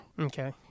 Okay